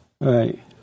Right